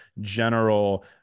general